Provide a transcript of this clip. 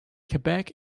quebec